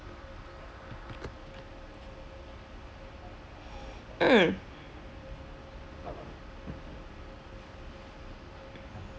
mm